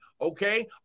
okay